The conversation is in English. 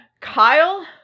Kyle